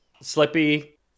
Slippy